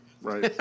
Right